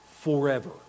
forever